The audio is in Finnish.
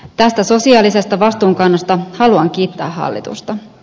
tästä sosiaalisesta vastuunkannosta haluan kiittää hallitusta